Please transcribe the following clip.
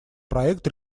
проект